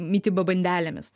mitybą bandelėmis